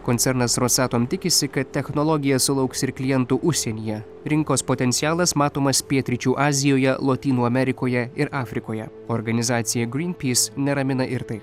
koncernas rosatom tikisi kad technologija sulauks ir klientų užsienyje rinkos potencialas matomas pietryčių azijoje lotynų amerikoje ir afrikoje organizaciją greenpeace neramina ir tai